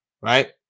right